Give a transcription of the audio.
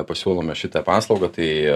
pasiūlome šitą paslaugą tai